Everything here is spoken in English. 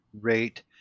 rate